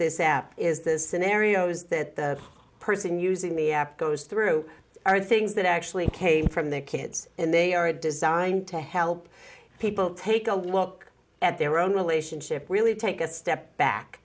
this at is the scenarios that the person using the app goes through are things that actually came from the kids and they are designed to help people take a look at their own relationship really take a step back